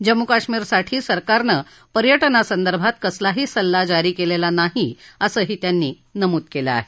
जम्मू काश्मिरसाठी सरकारनं पर्यटनासंदर्भात कसलाही सल्ला जारी केलेला नाही असंही त्यांनी नमूद केलं आहे